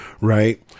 right